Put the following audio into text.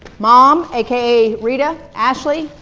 mom, aka rita, ashley,